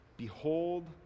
Behold